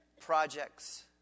Projects